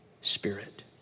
spirit